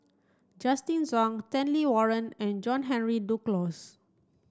Justin Zhuang Stanley Warren and John Henry Duclos